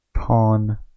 pawn